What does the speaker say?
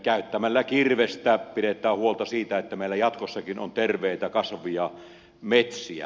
käyttämällä kirvestä pidetään huolta siitä että meillä jatkossakin on terveitä kasvavia metsiä